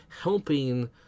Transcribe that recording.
helping